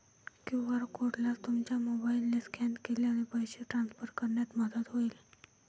QR कोडला तुमच्या मोबाईलने स्कॅन केल्यास पैसे ट्रान्सफर करण्यात मदत होईल